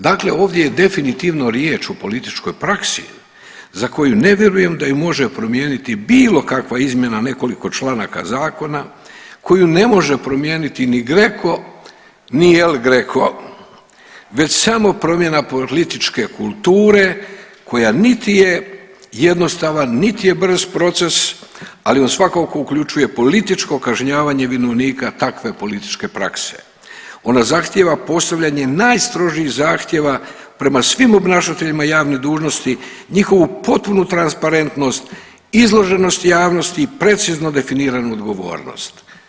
Dakle, ovdje je definitivno riječ o političkoj praksi za koju ne vjerujem da ju može promijeniti bilo kakva izmjena nekoliko članaka zakona koju ne može promijeniti ni GRECO ni El Greco već samo promjena političke kulture koja niti je jednostavan niti je brz proces, ali on svakako uključuje političko kažnjavanje vinovnika takve političke prakse, ona zahtjeva postavljanje najstrožih zahtjeva prema svim obnašateljima javnih dužnosti, njihovu potpunu transparentnost, izloženost javnosti, precizno definiranu odgovornost.